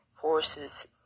force's